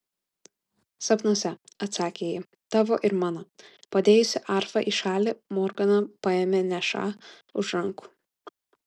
sapnuose atsakė ji tavo ir mano padėjusi arfą į šalį morgana paėmė nešą už rankų